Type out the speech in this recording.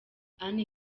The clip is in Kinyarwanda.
anne